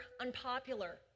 unpopular